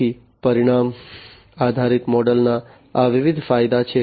તેથી પરિણામ આધારિત મોડેલના આ વિવિધ ફાયદા છે